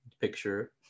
picture